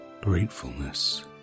gratefulness